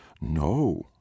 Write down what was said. no